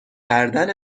کردن